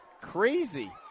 Crazy